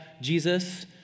Jesus